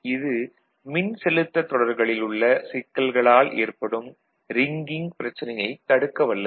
இது மின்செலுத்தத் தொடர்களில் உள்ள சிக்கல்களால் ஏற்படும் ரிங்கிங் பிரச்சனையைத் தடுக்கவல்லது